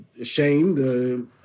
ashamed